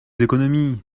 économies